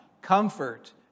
comfort